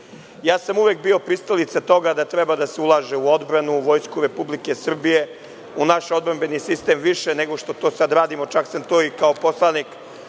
Ja sam uvek bio pristalica toga da treba da se ulaže u odbranu, u Vojsku Republike Srbije, u naš odbrambeni sistem, više nego što to sada radimo. Čak sam to i kao poslanik